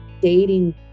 dating